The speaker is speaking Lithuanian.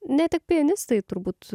ne tik pianistai turbūt